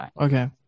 Okay